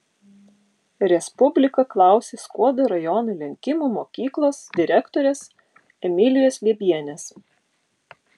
respublika klausė skuodo rajono lenkimų mokyklos direktorės emilijos liebienės